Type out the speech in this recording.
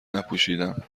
نپوشیدم